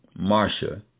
Marsha